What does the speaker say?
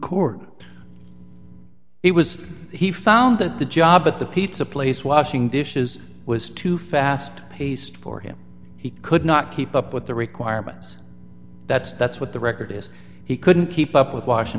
it was he found that the job at the pizza place washing dishes was too fast paced for him he could not keep up with the requirements that's that's what the record is he couldn't keep up with washing